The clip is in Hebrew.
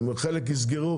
חלק יסגרו,